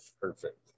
Perfect